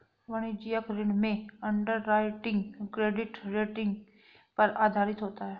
वाणिज्यिक ऋण में अंडरराइटिंग क्रेडिट रेटिंग पर आधारित होता है